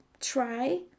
try